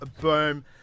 Boom